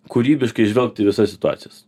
kūrybiškai žvelgt į visas situacijas